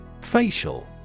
Facial